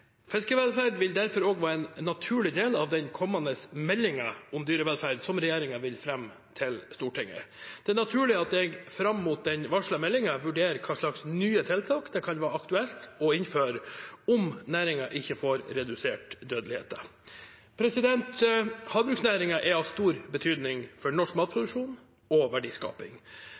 Fiskevelferd vil derfor også være en naturlig del av den kommende meldingen om dyrevelferd, som regjeringen vil fremme for Stortinget. Det er naturlig at jeg fram mot den varslede meldingen vurderer hvilke nye tiltak det kan være aktuelt å innføre om næringen ikke får redusert dødeligheten. Havbruksnæringen er av stor betydning for norsk matproduksjon og verdiskaping.